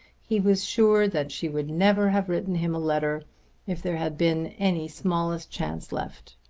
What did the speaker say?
he was sure that she would never have written him a letter if there had been any smallest chance left.